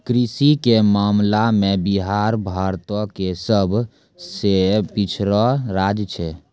कृषि के मामला मे बिहार भारतो के सभ से पिछड़लो राज्य छै